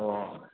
अ